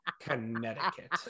Connecticut